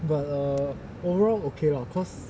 but the overall okay lah because